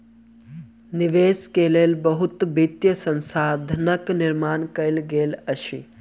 निवेश के लेल बहुत वित्तीय संस्थानक निर्माण कयल गेल अछि